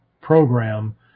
program